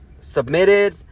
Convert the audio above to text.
submitted